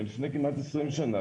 מלפני כמעט 20 שנה,